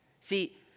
See